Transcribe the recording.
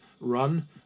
run